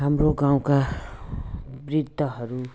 हाम्रो गाउँका वृद्धहरू